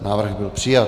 Návrh byl přijat.